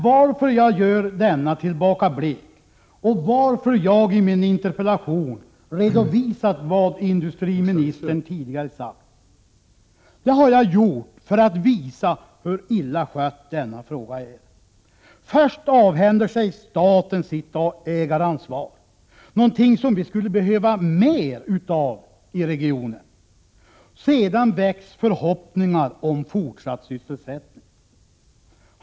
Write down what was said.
Varför gör jag denna tillbakablick, och varför redovisar jag i min interpellation vad industriministern tidigare har sagt? Det har jag gjort för att visa hur illa skött denna fråga är. Först avhänder sig staten sitt ägaransvar, som vi ju skulle behöva mer av i denna region. Sedan väcks förhoppningar om fortsatt sysselsättning.